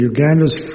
Uganda's